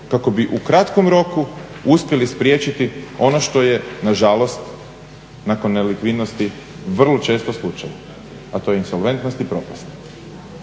kako bi u kratkom roku uspjeli spriječiti ono što je nažalost nakon nelikvidnosti vrlo često slučaj, a to je insolventnost i propast.